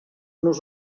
nos